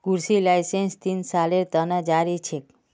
कृषि लाइसेंस तीन सालेर त न जारी ह छेक